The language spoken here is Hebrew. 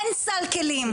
אין סל כלים,